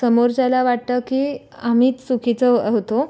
समोरच्याला वाटतं की आम्हीच चुकीचं आहोत हो